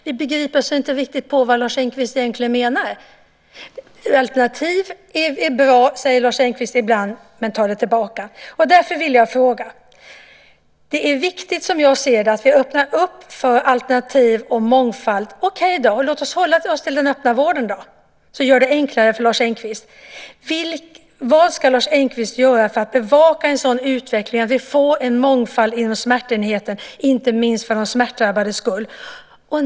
Vi begriper oss inte på vad Lars Engqvist egentligen menar. Ibland säger Lars Engqvist att alternativ är bra - men tar sedan tillbaka. Det är viktigt, som jag ser det, att vi öppnar upp för alternativ och mångfald. Okej, låt oss hålla oss till den öppna vården för att göra det enklare för Lars Engqvist. Vad ska Lars Engqvist göra för att bevaka en sådan utveckling att vi får en mångfald inom smärtenheten, inte minst för de smärtdrabbades skull?